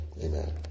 Amen